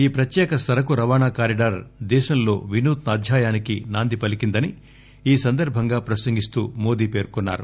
ఈ ప్రత్యేక సరకు రవాణా కారిడార్ దేశంలో వినూత్ప అధ్యాయానికి నాంది పలికిందని ఈ సందర్భంగా ప్రసంగిస్తూ మోదీ పేర్కొన్నారు